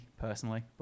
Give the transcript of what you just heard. personally